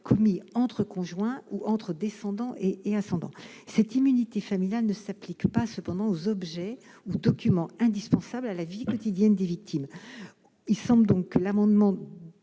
commis entre conjoints ou entre descendants et ascendants. Cette immunité familiale ne s'applique cependant pas aux objets ou documents indispensables à la vie quotidienne des victimes. Mon cher collègue, il semble